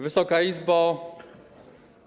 Wysoka Izbo!